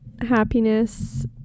happiness